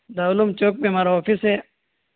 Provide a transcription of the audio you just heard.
دارالعلوم چوک پہ ہمارا آفس ہے